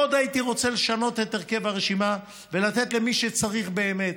הייתי רוצה מאוד לשנות את הרכב הרשימה ולתת למי שצריך באמת,